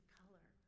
color